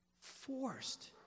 forced